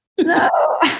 No